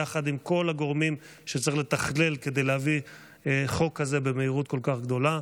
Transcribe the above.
יחד עם כל הגורמים שצריך לתכלל כדי להביא חוק כזה במהירות כל כך גדולה.